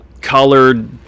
colored